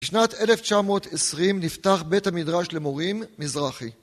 בשנת 1920 נפתח בית המדרש למורים מזרחי.